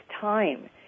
time